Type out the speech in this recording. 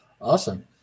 awesome